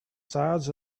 sides